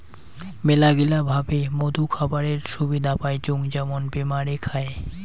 মেলাগিলা ভাবে মধু খাবারের সুবিধা পাইচুঙ যেমন বেমারে খায়